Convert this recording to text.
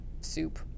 soup